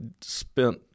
spent